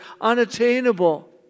unattainable